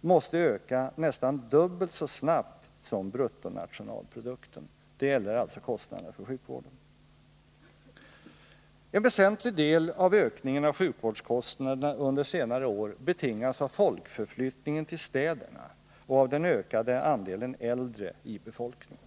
måste öka nästan dubbelt så snabbt som bruttonationalprodukten. En väsentlig del av ökningen av sjukvårdskostnaderna under senare år betingas av folkförflyttningen till städerna och av den ökade andelen äldre i befolkningen.